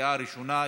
לקריאה ראשונה.